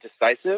decisive